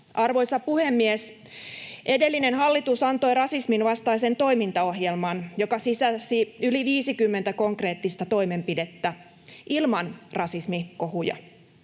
Arvoisa puhemies! Edellinen hallitus antoi rasismin vastaisen toimintaohjelman, joka sisälsi yli 50 konkreettista toimenpidettä — ilman rasismikohuja.